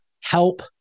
help